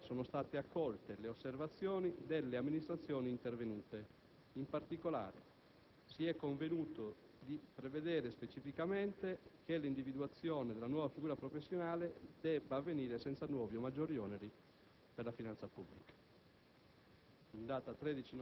nel corso della quale sono state accolte le osservazioni delle amministrazioni intervenute; in particolare, si è convenuto di prevedere specificatamente che l'individuazione della nuova figura professionale debba avvenire senza nuovi o maggiori oneri per la finanza pubblica.